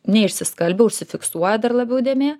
neišsiskalbia užsifiksuoja dar labiau dėmė